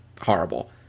horrible